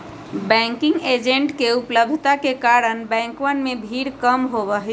banking agents के उपलब्धता के कारण बैंकवन में भीड़ कम होबा हई